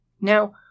Now